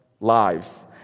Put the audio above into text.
lives